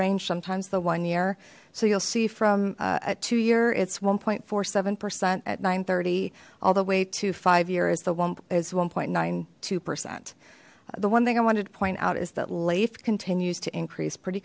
range sometimes the one year so you'll see from a two year it's one point four seven percent at nine thirty all the way to five years the whomp is one point nine two percent the one thing i wanted to point out is that life continues to increase pretty